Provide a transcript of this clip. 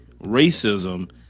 racism